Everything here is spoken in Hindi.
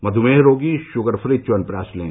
मधुमेह रोगी शुगरफ्री च्यवनप्राश लें